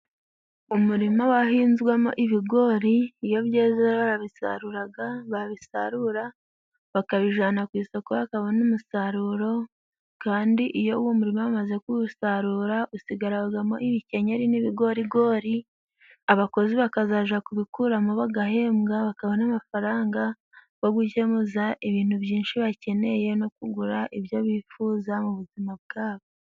Umurima wahinzwemo ibigori, iyo byeze barabisaruraga, babisarura bakabijana ku isoko bakabona umusaruro. Kandi iyo uwo murima bamaze kuwusarura, usigaragamo ibikenyeri n'ibigorigori, abakozi bakazaja kubikuramo bagahembwa, bakabana amafaranga go gukemuza ibintu byinshi bakeneye no kugura ibyo bifuza mu buzima bwabo.